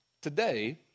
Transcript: Today